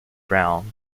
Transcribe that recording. brown